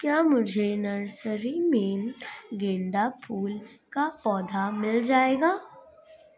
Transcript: क्या मुझे नर्सरी में गेंदा फूल का पौधा मिल जायेगा?